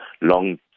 long